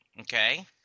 Okay